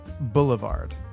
Boulevard